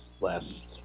last